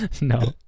no